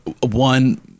One